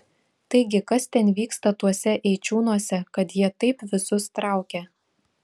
taigi kas ten vyksta tuose eičiūnuose kad jie taip visus traukia